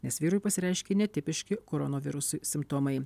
nes vyrui pasireiškė netipiški koronovirusui simptomai